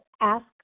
ask